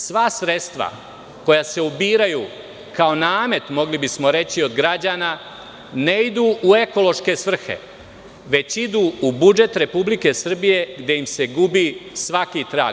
Sva sredstva koja se ubiraju kao namet mogli bismo reći od građana ne idu u ekološke svrhe, već idu u budžet Republike Srbije gde im se gubi svaki trag.